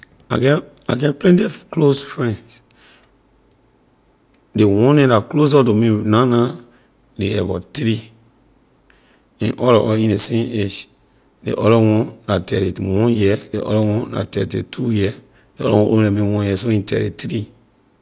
I get I get plenty close friends ley one neh la closer to me na na ley about three and all lor all in ley same age ley other one la thirty- one year ley other one la thirty- two year ley other one older than me one year so he thirty- three.